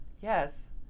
Yes